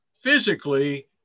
physically